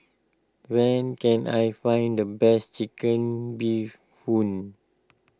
when can I find the best Chicken Bee Hoon